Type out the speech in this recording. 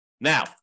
Now